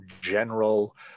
general